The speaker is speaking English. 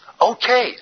Okay